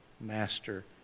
Master